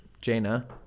Jaina